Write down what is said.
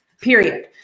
Period